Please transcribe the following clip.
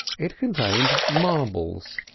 it contained marbles.